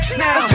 now